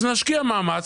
אז נשקיע מאמץ,